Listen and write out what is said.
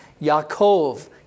Yaakov